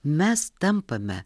mes tampame